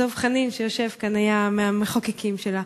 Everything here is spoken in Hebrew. דב חנין שיושב כאן היה מהמחוקקים שלה.